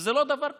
וזה לא דבר קשה.